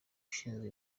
ushinzwe